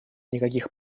никаких